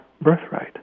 birthright